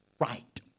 right